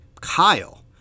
Kyle